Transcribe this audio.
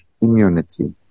immunity